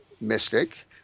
mystic